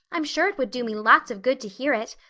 i'm sure it would do me lots of good to hear it.